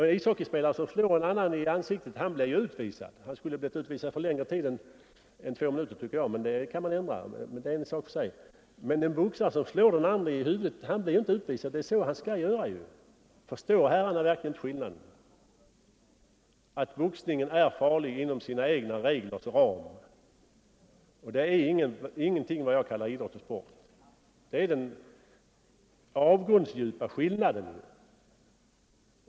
En ishockeyspelare som slår en annan i ansiktet blir utvisad. Han borde enligt min mening visserligen visas ut för längre tid än två minuter — det är en punkt där en ändring kan genomföras — men skillnaden är att en boxare som slår den andre i huvudet inte blir utvisad. Han gör då bara det han skall göra. Förstår herrarna verkligen inte den skillnaden? Boxningen är farlig inom sina egna reglers ram. Den har inget samband med vad jag kallar idrott eller sport. Det är den avgrundsdjupa skillnaden.